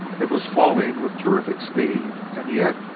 it was falling with terrific speed, and yet,